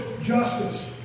justice